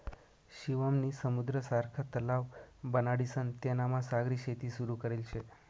शिवम नी समुद्र सारखा तलाव बनाडीसन तेनामा सागरी शेती सुरू करेल शे